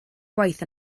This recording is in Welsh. gwaith